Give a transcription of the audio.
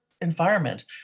environment